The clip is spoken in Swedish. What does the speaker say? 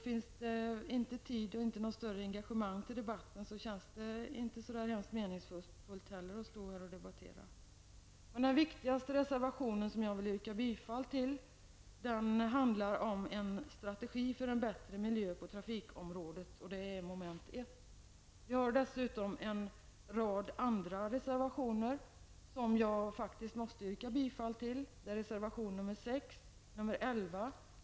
Finns det inte tid och något större engagemang till debatt, känns det inte heller särskilt meningsfullt att stå här och debattera. Den viktigaste reservationen, som jag vill yrka bifall till handlar om en strategi för en bättre miljö på trafikområdet, och det rör mom. 1. Vi har dessutom en rad andra reservationer, som jag faktiskt måste yrka bifall till. Det är reservationerna 6 och 11.